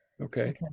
okay